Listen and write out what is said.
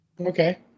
Okay